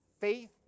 faith